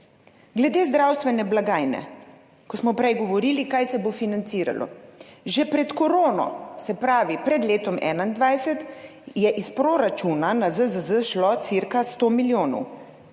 Glede zdravstvene blagajne, ko smo prej govorili, kaj se bo financiralo. Že pred korono, se pravi pred letom 2021, je iz proračuna na ZZZS šlo cirka 100 milijonov.